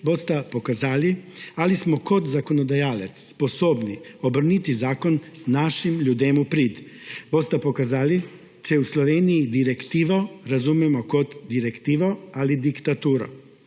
bosta pokazali, ali smo kot zakonodajalec sposobni obrniti zakon našim ljudem v prid, bosta pokazali, če v Sloveniji direktivo razumemo kot direktivo ali diktaturo,